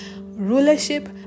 rulership